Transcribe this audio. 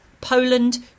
Poland